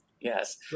Yes